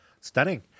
Stunning